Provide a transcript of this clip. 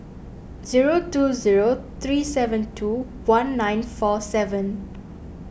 zero two zero three seven two one nine four seven